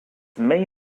main